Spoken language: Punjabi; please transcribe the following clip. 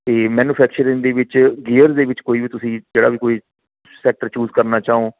ਅਤੇ ਮੈਨੂਫੈਕਚਰਿੰਗ ਦੇ ਵਿੱਚ ਗੇਅਰ ਦੇ ਵਿੱਚ ਕੋਈ ਵੀ ਤੁਸੀਂ ਜਿਹੜਾ ਵੀ ਕੋਈ ਸੈਕਟਰ ਚੂਜ ਕਰਨਾ ਚਾਹੋ